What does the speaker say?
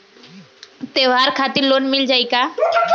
त्योहार खातिर लोन मिल जाई का?